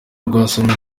rwasomwe